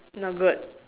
not good